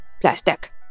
plastic